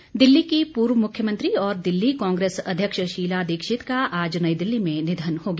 निधन दिल्ली की पूर्व मुख्यमंत्री और दिल्ली कांग्रेस अध्यक्ष शीला दीक्षित का आज नई दिल्ली में निधन हो गया